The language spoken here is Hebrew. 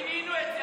אנחנו גינינו את זה.